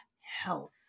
health